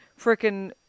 freaking